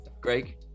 Greg